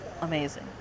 amazing